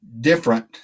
different